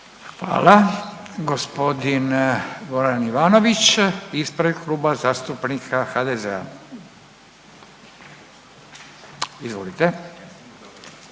Hvala. Gospodin Goran Ivanović ispred Kluba zastupnika HDZ-a, izvolite.